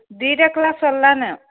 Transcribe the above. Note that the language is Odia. ଦୁଇଟା କ୍ଳାସ୍ ସରିଲା ନ